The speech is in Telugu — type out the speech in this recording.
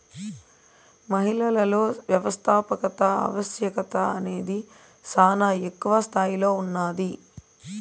మహిళలలో వ్యవస్థాపకత ఆవశ్యకత అనేది శానా ఎక్కువ స్తాయిలో ఉన్నాది